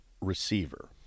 receiver